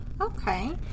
Okay